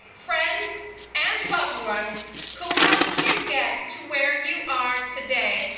friends and loved ones who helped you get to where you are today.